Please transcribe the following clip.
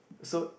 so